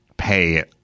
Pay